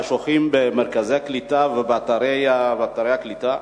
השוהים במרכזי הקליטה ובאתרי הקליטה?